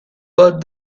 but